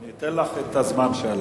ניתן לך את הזמן שלך.